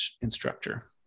instructor